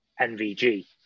NVG